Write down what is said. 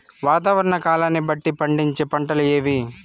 వాతావరణ కాలాన్ని బట్టి పండించే పంటలు ఏవి?